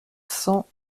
cent